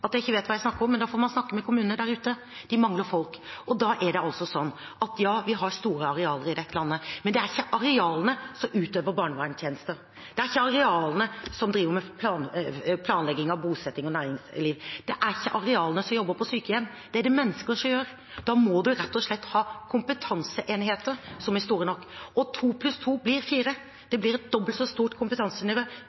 kommunene der ute. De mangler folk. Ja, vi har store arealer i dette landet, men det er ikke arealene som utøver barnevernstjenestene, det er ikke arealene som driver med planlegging av bosetting og næringsliv, det er ikke arealene som jobber på sykehjem – det er det mennesker som gjør. Da må man rett og slett ha kompetanseenheter som er store nok. To pluss to blir fire.